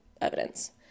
evidence